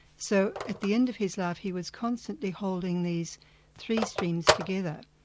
so at the end of his life, he was constantly holding these three streams together.